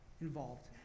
involved